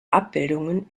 abbildungen